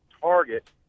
target